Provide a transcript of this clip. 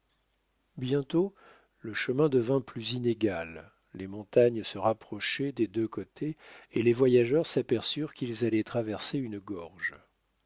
bientôt le chemin devint plus inégal les montagnes se rapprochaient des deux côtés et les voyageurs s'aperçurent qu'ils allaient traverser une gorge